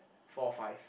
four five